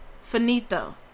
Finito